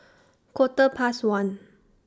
Quarter Past one